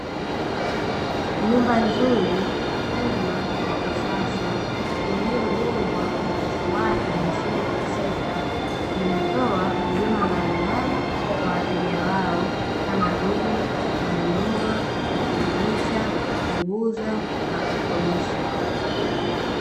Nyumba nzuri kubwa ya kisasa iliyojengwa kwa kufuata misingi husika, inatoa huduma mbalimbali kwa wateja wao kama vile kununua, kupangisha, kuuza, na kukodisha.